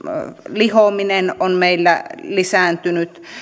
lihominen on meillä lisääntynyt